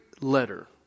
letter